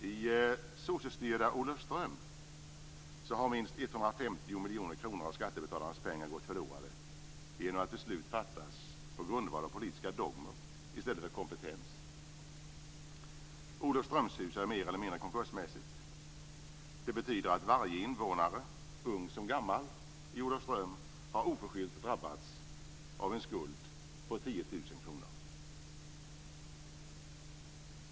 I sossestyrda Olofström har minst 150 miljoner kronor av skattebetalarnas pengar gått förlorade genom att beslut fattas på grundval av politiska dogmer i stället för kompetens. Olofströmshus är mer eller mindre konkursmässigt. Det betyder att varje invånare i Olofström, ung som gammal, oförskyllt har drabbats av en skuld på 10 000 kr.